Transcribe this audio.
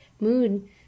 mood